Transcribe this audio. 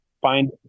Find